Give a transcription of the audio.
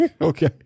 Okay